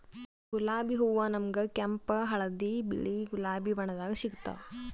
ಗುಲಾಬಿ ಹೂವಾ ನಮ್ಗ್ ಕೆಂಪ್ ಹಳ್ದಿ ಬಿಳಿ ಗುಲಾಬಿ ಬಣ್ಣದಾಗ್ ಸಿಗ್ತಾವ್